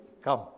come